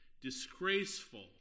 disgraceful